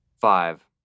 Five